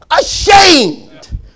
ashamed